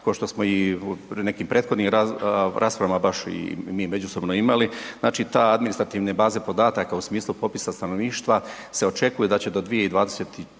ko što i u nekim prethodnim raspravama baš i mi međusobno imali, znači te administrativne baze podataka u smislu popisa stanovništva se očekuju da će do 2024.